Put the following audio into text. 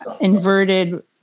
inverted